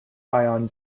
ion